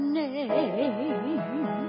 name